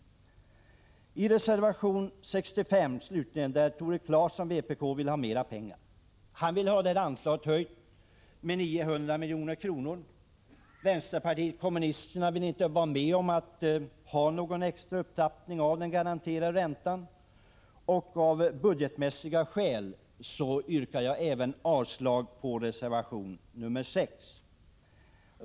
I reservation nr 65 kräver Tore Claeson, vpk, mer pengar till räntebidrag. Han vill att detta anslag höjs med 900 milj.kr. Vänsterpartiet kommunisterna vill inte att det skall ske någon extra upptrappning av den garanterade räntan. Av budgetmässiga skäl yrkar jag avslag även på reservation nr 65.